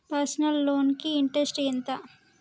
Personal loan కి interest ఎంత?